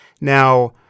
Now—